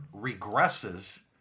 regresses